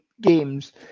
games